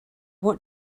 what